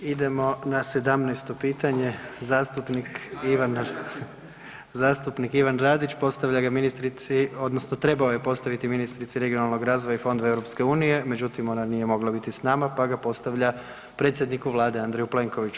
Idemo na 17. pitanje zastupnik Ivan Radić postavlja ga ministrici odnosno trebao je postaviti ministrici regionalnog razvoja i fondova EU, međutim ona nije mogla viti s nama pa ga postavlja predsjedniku Vlade Andreju Plenkoviću.